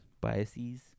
biases